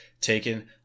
taken